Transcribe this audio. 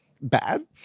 bad